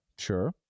Sure